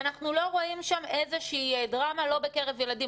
ואנחנו לא רואים שם איזושהי דרמה בקרב ילדים,